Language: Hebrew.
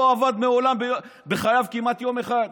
לא עבד מעולם בחייו, כמעט יום אחד,